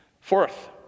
Fourth